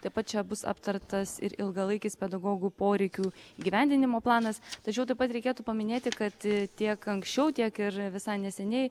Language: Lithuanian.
taip pat čia bus aptartas ir ilgalaikis pedagogų poreikių įgyvendinimo planas tačiau taip pat reikėtų paminėti kad tiek anksčiau tiek ir visai neseniai